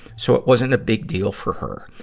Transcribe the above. so it wasn't a big deal for her.